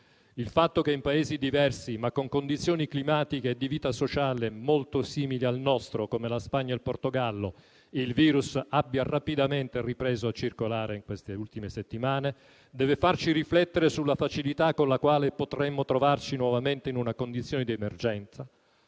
Il fatto che in Paesi diversi ma con condizioni climatiche e di vita sociale molto simili al nostro come la Spagna e il Portogallo, il virus abbia rapidamente ripreso a circolare in queste ultime settimane, deve farci riflettere sulla facilità con la quale potremmo trovarci nuovamente in una condizione di emergenza,